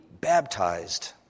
baptized